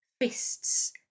fists